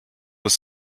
was